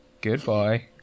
Goodbye